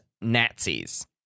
Nazis